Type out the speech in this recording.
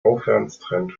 aufwärtstrend